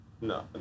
No